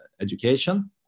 education